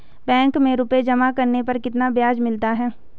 Bank में रुपये जमा करने पर कितना ब्याज मिलता है?